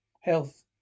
Health